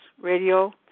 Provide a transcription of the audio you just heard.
radio